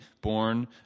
born